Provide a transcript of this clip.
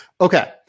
Okay